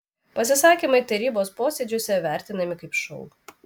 pasisakymai tarybos posėdžiuose vertinami kaip šou